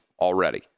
already